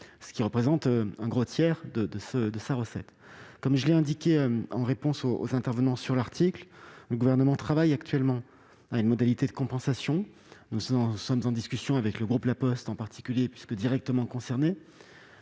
d'euros, soit un gros tiers de sa recette. Comme je l'ai indiqué en réponse aux intervenants sur l'article, le Gouvernement travaille actuellement à une modalité de compensation ; nous sommes en discussions avec le groupe La Poste, en particulier, qui est directement concerné.